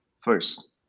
First